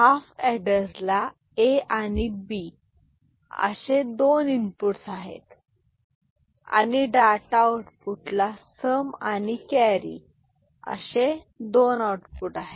half adder ला A आणि B असे दोन इनपुट आहेत आणि डाटा आऊटपुटला सम आणि कॅरी असे दोन आउटपुट आहेत